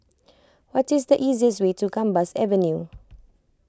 what is the easiest way to Gambas Avenue